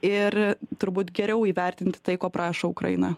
ir turbūt geriau įvertinti tai ko prašo ukraina